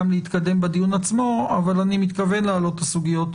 להתקדם בדיון עצמו אבל אני מתכוון להעלות את הסוגיות